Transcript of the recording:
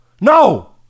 No